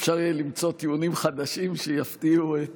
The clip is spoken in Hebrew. אפשר יהיה למצוא טיעונים חדשים שיפתיעו את